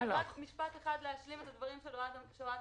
משפט אחד כדי להשלים את הדברים של אוהד.